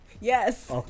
Yes